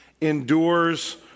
endures